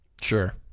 Sure